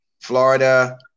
Florida